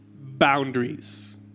boundaries